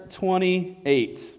28